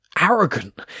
arrogant